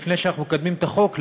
לפני שאנחנו מקדמים את החוק,